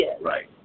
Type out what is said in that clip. Right